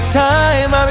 time